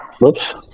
Whoops